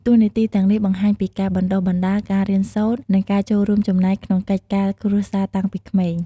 តួនាទីទាំងនេះបង្ហាញពីការបណ្ដុះបណ្ដាល ការរៀនសូត្រ និងការចូលរួមចំណែកក្នុងកិច្ចការគ្រួសារតាំងពីក្មេង។